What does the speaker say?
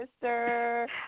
sister